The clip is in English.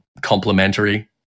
complementary